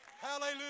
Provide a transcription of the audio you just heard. Hallelujah